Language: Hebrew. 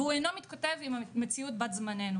והוא אינו מתכתב עם המציאות בת זמננו.